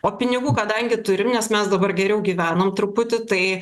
o pinigų kadangi turim nes mes dabar geriau gyvenam truputį tai